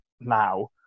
now